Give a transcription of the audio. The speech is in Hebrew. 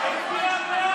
תתבייש לך.